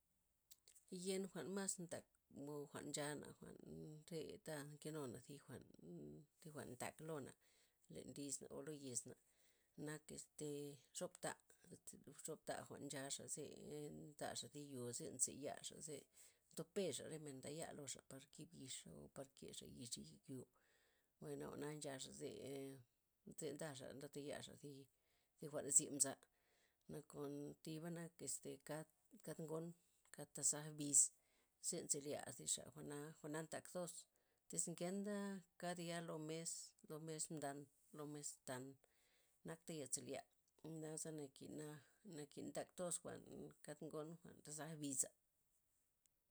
Yen jwa'n mas ntak, mod- jwa'n nxana'jwa'n mmm- teta nkenuna tzi jwa'n mmm- thi jwa'n tak lona' len lisna' olo yesna' nak estee xobta', xopta' jwa'n nchaxa' tzee ndaxa' thi yo, ze nzeyaxa', zen ndope'xa' re men mdaya' loxa'par kib yix o par kexa'yixa' yek yo, mbay jwa'na nchaxa' zee- tze ndaxa' ndetayaxa' zi jwa'n zye mza', nakon thiba nak este kad kad ngon, kad tasaj bis, zen zealya xa' jwa'na takthos tiz ngentha kadya' lo mes, lo mes mdan, lo mes than naktha yazelya, naze nakina' nakin taktos jwa'n kad ngon jwa'n tasaj bisa'.